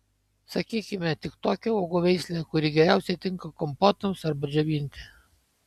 sakykime tik tokią uogų veislę kuri geriausiai tinka kompotams arba džiovinti